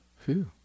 Phew